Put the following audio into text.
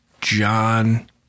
John